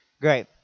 Great